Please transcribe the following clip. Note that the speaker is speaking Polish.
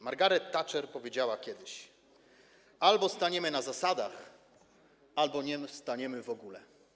Margaret Thatcher powiedziała kiedyś: albo staniemy na zasadach, albo nie staniemy w ogóle.